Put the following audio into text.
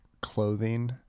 clothing